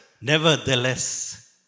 nevertheless